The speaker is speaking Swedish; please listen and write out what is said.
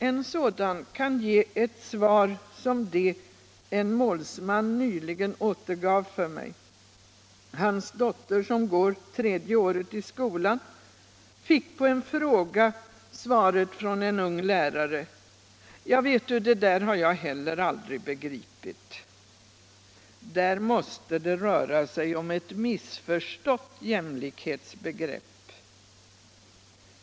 En sådan kan lämna ett svar som det en målsman nyligen återgav för mig. Hans dotter, som går tredje året i skolan, fick på en fråga svaret från en ung lärare: Ja, vet du, det där har jag aldrig begripit. — Där måste det röra sig om ett missförstått jämlikhetsbegrepp.